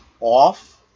off